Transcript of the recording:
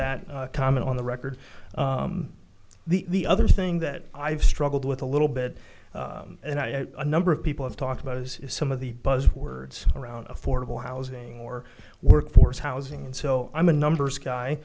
that comment on the record the other thing that i've struggled with a little bit and i number of people have talked about this is some of the buzz words around affordable housing or workforce housing and so i'm a numbers guy